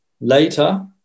Later